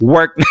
Work